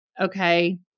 okay